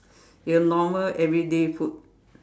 your normal everyday food